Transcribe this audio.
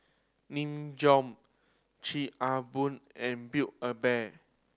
Nin Jiom Chic a Boo and Build A Bear